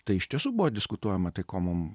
tai iš tiesų buvo diskutuojamatai ko mum